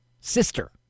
sister